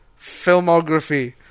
Filmography